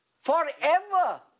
Forever